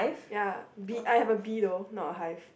ya bee I have a bee though not a hive